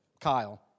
Kyle